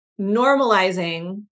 normalizing